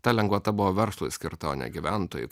ta lengvata buvo verslui skirta o ne gyventojui